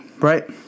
right